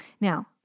Now